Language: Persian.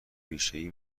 ریشهای